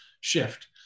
shift